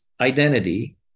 identity